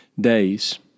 days